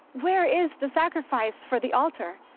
where is the sacrifice for the altar?